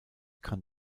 kann